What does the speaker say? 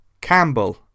Campbell